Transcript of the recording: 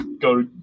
go